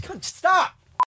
Stop